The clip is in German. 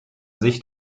sich